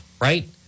right